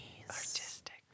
artistic